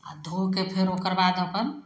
आओर धो के फेर ओकर बाद अपन